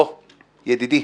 בוא, ידידי,